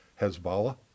Hezbollah